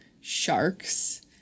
sharks